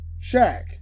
Shaq